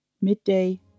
midday